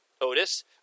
Otis